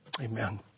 Amen